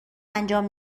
انجام